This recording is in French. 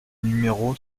numéro